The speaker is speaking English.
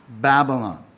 Babylon